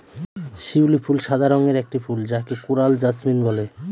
শিউলি ফুল সাদা রঙের একটি ফুল যাকে কোরাল জাসমিন বলে